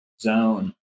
zone